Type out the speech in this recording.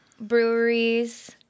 breweries